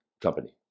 company